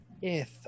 Yes